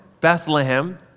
Bethlehem